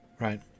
Right